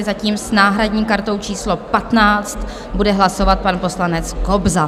Zatím s náhradní kartou číslo 15 bude hlasovat pan poslanec Kobza.